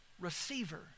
receiver